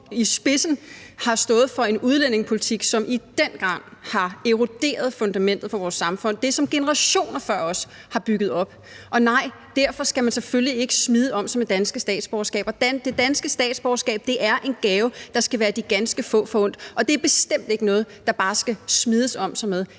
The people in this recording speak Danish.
i spidsen for en udlændingepolitik, som i den grad har eroderet fundamentet for vores samfund, det, som generationer før os har bygget op. Og nej, derfor skal man selvfølgelig ikke smide om sig med danske statsborgerskaber. Det danske statsborgerskab er en gave, der skal være de ganske få forundt, og det er bestemt ikke noget, man bare skal smide om sig med.